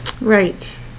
right